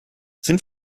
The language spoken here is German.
sind